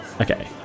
Okay